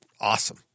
awesome